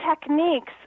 techniques